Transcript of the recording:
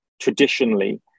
traditionally